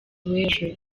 w’ejo